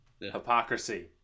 hypocrisy